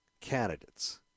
candidates